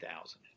thousand